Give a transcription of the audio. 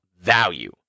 value